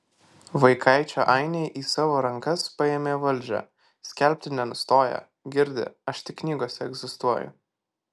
vaikaičio ainiai į savo rankas paėmę valdžią skelbti nenustoja girdi aš tik knygose egzistuoju